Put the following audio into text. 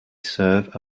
serve